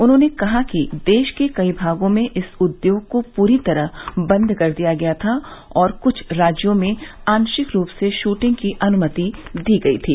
उन्होंने कहा कि देश के कई भागों में इस उद्योग को पूरी तरह बंद कर दिया गया था और क्छ राज्यों में आशिक रूप से शूटिंग की अनुमति दी गई थी